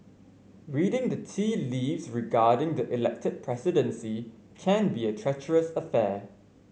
reading the tea leaves regarding the elected presidency can be a treacherous affair